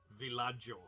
villaggio